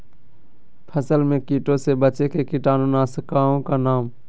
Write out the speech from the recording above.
फसल में कीटों से बचे के कीटाणु नाशक ओं का नाम?